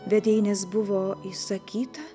vedei nes buvo įsakyta